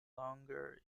longer